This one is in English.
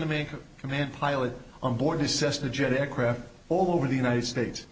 to make a command pilot on board the cessna jet aircraft all over the united states